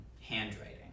handwriting